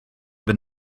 been